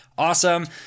Awesome